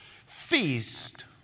feast